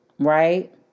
right